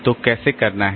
तो कैसे करना है